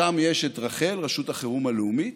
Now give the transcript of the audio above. שם יש את רח"ל, רשות החירום הלאומית.